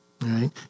Right